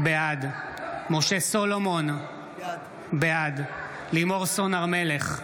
בעד משה סולומון, בעד לימור סון הר מלך,